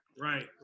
Right